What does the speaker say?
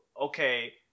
okay